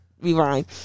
Rewind